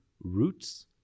Roots